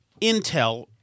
intel